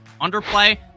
underplay